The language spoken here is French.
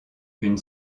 une